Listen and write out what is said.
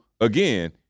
again